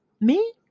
Me